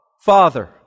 Father